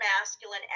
masculine